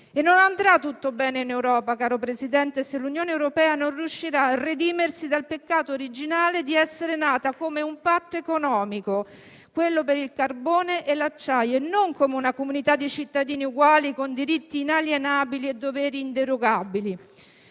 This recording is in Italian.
Non andrà tutto bene in Europa, caro Presidente, se l'Unione europea non riuscirà a redimersi dal peccato originale di essere nata come un patto economico, quello per il carbone e l'acciaio, e non come una comunità di cittadini uguali, con diritti inalienabili e doveri inderogabili.